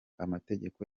amategeko